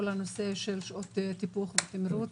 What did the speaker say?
כל הנושא של שעות טיפוח ותמריץ,